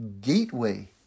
gateway